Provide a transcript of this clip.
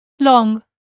Long